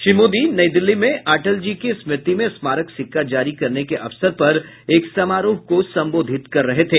श्री मोदी नई दिल्ली में अटल जी की स्मृति में स्मारक सिक्का जारी करने के अवसर पर एक समारोह को संबोधित कर रहे थे